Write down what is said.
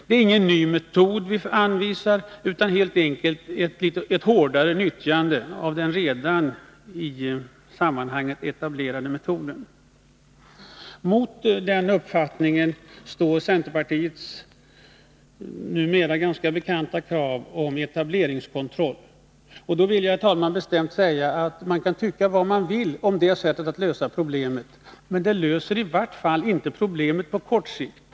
Det är ingen ny metod som vi anvisar, utan helt enkelt en utökad tillämpning av en redan etablerad metod. Mot den uppfattningen står centerpartiets numera ganska bekanta krav på etableringskontroll. Då vill jag, herr talman, bestämt säga att man kan tycka vad man vill om det sättet att lösa problemen, men det löser i vart fall inte problemen på kort sikt.